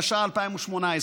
התשע"ח 2018: